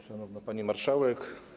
Szanowna Pani Marszałek!